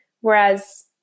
whereas